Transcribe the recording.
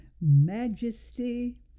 majesty